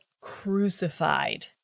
crucified